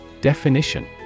Definition